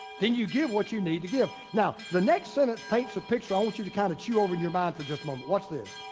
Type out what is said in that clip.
then you give what you need to give. now, the next sentence paints a picture i want you to kinda chew over in your mind for just a moment, watch this.